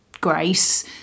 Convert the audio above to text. Grace